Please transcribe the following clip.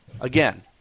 Again